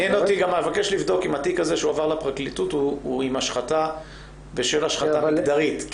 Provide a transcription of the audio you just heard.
אבקש לבדוק אם התיק הזה שהועבר לפרקליטות הוא בשל השחתה מגדרית,